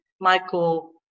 Michael